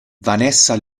vanessa